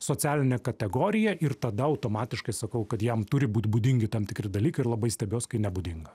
socialinę kategoriją ir tada automatiškai sakau kad jam turi būt būdingi tam tikri dalykai ir labai stebiuos kai nebūdinga